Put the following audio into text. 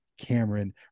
Cameron